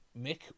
Mick